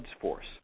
Force